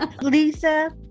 lisa